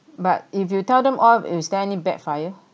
but if you tell them off is there any backfire